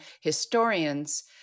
historians